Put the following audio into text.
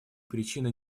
причины